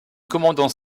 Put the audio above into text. commandant